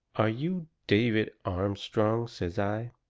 are you david armstrong? says i.